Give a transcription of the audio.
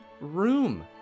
room